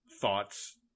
thoughts